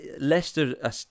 Leicester